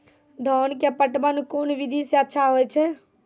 धान के पटवन कोन विधि सै अच्छा होय छै?